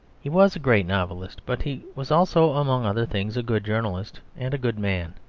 he was a great novelist but he was also, among other things, a good journalist and a good man.